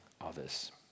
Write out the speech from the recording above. others